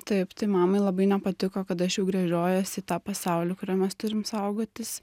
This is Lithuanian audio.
taip tai mamai labai nepatiko kad aš jau gręžiojuosi į tą pasaulį kurio mes turim saugotis